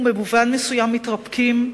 ובמובן מסוים מתרפקים,